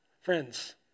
Friends